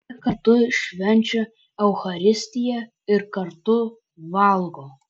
jie kartu švenčia eucharistiją ir kartu valgo